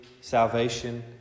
salvation